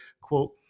quote